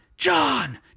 John